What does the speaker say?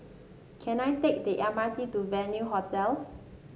can I take the M R T to Venue Hotel